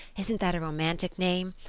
isn't that a romantic name?